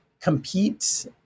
compete